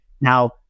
Now